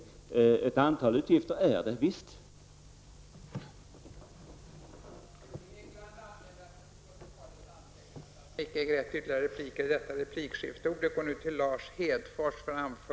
Men ett antal avgifter skall visst vara det.